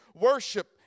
worship